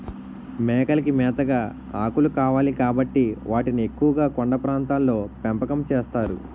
మేకలకి మేతగా ఆకులు కావాలి కాబట్టి వాటిని ఎక్కువుగా కొండ ప్రాంతాల్లో పెంపకం చేస్తారు